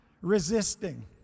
resisting